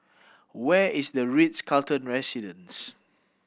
where is The Ritz Carlton Residences